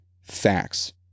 facts